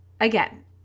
again